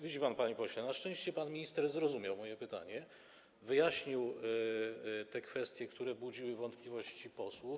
Widzi pan, panie pośle, na szczęście pan minister zrozumiał moje pytanie i wyjaśnił te kwestie, które budziły wątpliwości posłów.